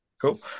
Cool